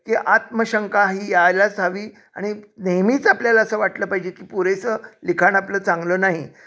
की आत्मशंका ही यायलाच हवी आणि नेहमीच आपल्याला असं वाटलं पाहिजे की पुरेसं लिखाण आपलं चांगलं नाही